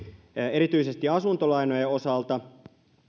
erityisesti asuntolainojen osalta